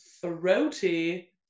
throaty